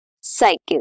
cycle